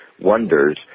wonders